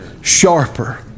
sharper